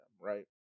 right